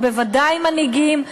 ובוודאי מנהיגים,